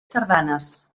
tardanes